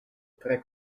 tre